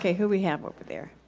who we have over there?